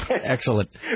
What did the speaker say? Excellent